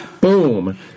Boom